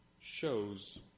shows